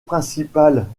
principales